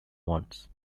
wants